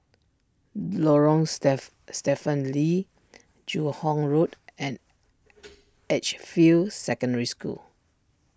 Lorong stiff Stephen Lee Joo Hong Road and Edgefield Secondary School